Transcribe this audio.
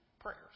prayers